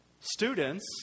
Students